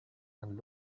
and